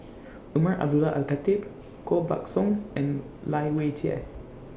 Umar Abdullah Al Khatib Koh Buck Song and Lai Weijie